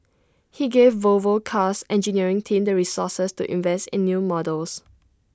he gave Volvo car's engineering team the resources to invest in new models